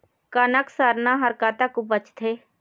कनक सरना हर कतक उपजथे?